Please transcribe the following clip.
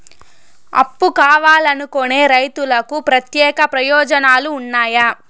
అప్పు కావాలనుకునే రైతులకు ప్రత్యేక ప్రయోజనాలు ఉన్నాయా?